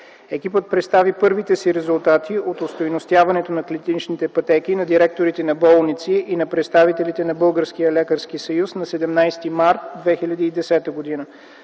Екипът представи първите си резултати от остойностяването на клиничните пътеки на директорите на болници и на представителите на Българския лекарски съюз на 17 март 2010 г.